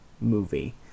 movie